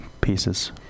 pieces